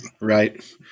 Right